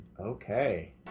Okay